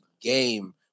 game